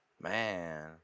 man